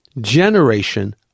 Generation